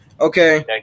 Okay